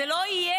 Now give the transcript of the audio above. זה לא יהיה,